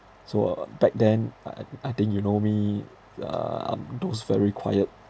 so uh back then I I I think you know me uh I'm those very quiet